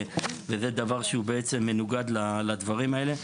וזה דבר שהוא בעצם מנוגד לדברים האלה.